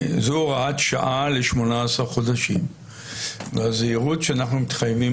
הוראת שעה ל-18 חודשים והזהירות שאנחנו מתחייבים